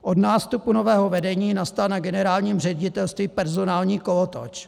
Od nástupu nového vedení nastal na generálním ředitelství personální kolotoč.